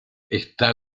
está